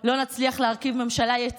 לא משנה באיזה